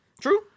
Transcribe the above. True